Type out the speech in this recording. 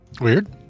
Weird